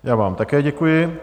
Já vám také děkuji.